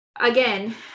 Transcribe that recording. again